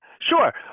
Sure